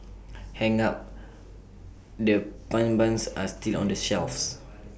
hang up the pun buns are still on the shelves